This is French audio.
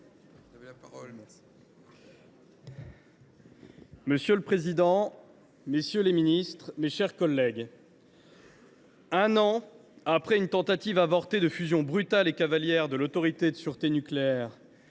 Monsieur le président, messieurs les ministres, mes chers collègues, un an après une tentative avortée de fusion brutale et cavalière de l’Autorité de sûreté nucléaire